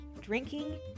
drinking